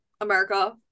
america